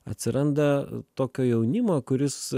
atsiranda tokio jaunimo kuris